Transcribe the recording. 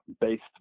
based